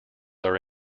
are